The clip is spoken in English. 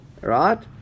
right